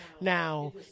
Now